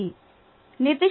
నిర్దిష్ట వృద్ధి రేటు 0